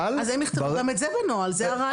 אז הם יכתבו גם את זה בנוהל, זה הרעיון.